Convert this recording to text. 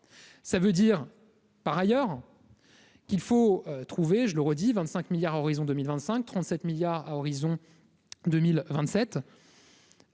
ça veut dire par ailleurs qu'il faut trouver, je le redis, 25 milliards à horizon 2025, 37 milliards à horizon 2027.